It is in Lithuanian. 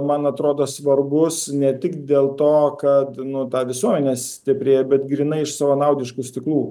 man atrodo svarbus ne tik dėl to kad nu ta visuomenė stiprėja bet grynai iš savanaudiškų stiklų